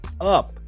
up